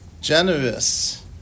generous